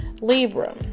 libra